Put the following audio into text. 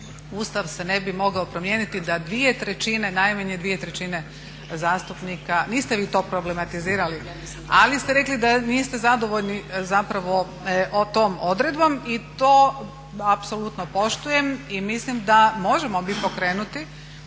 Ustav se ne bi mogao promijeniti da dvije trećine, najmanje dvije trećine zastupnika, niste vi to problematizirali ali ste rekli da niste zadovoljni zapravo tom odredbom i to apsolutno poštujem i mislim da možemo mi pokrenuti